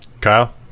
Kyle